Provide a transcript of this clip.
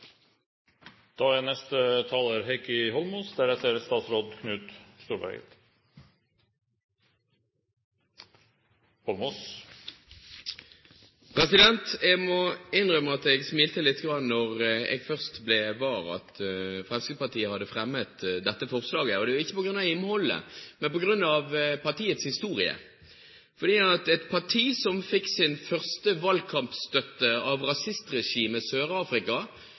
Jeg må innrømme at jeg smilte litt da jeg først ble var at Fremskrittspartiet hadde fremmet dette forslaget, ikke på grunn av innholdet, men på grunn av partiets historie. Et parti som fikk sin første valgkampstøtte av rasistregimet